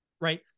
right